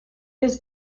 his